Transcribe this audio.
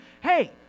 hey